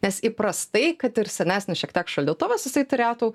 nes įprastai kad ir senesnis šiek tiek šaldytuvas jisai turėtų